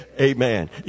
Amen